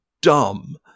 dumb